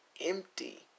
empty